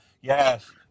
yes